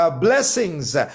blessings